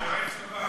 היועץ הבא.